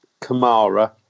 Kamara